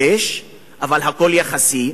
יש, אבל הכול יחסי,